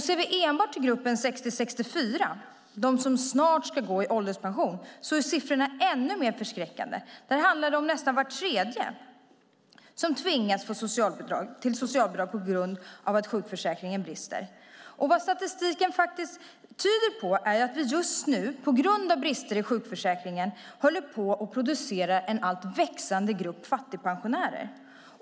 Ser vi enbart till gruppen 60-64 år, alltså de som snart ska gå i ålderspension, är siffrorna ännu mer förskräckande. Där handlar det om att nästan var tredje tvingas till socialbidrag på grund av att sjukförsäkringen brister. Statistiken visar att vi, på grund av brister i sjukförsäkringen, håller på att producera en växande grupp fattigpensionärer.